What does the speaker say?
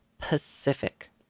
Pacific